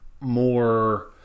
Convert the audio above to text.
more